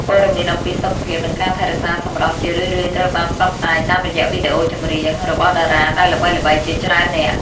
ព័ត៌មានអំពីសុខភាពនិងការថែរក្សាសម្រស់ជារឿយៗត្រូវបានផ្សព្វផ្សាយតាមរយៈវីដេអូចម្រៀងរបស់តារាដែលល្បីៗជាច្រើននាក់។